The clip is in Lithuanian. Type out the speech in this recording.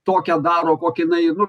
tokią daro kokį nai nu